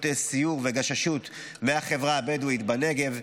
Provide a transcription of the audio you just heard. סיור וגששות מהחברה הבדואית בנגב.